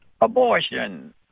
Abortion